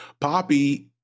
Poppy